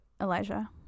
Elijah